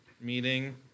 meeting